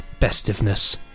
bestiveness